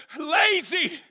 lazy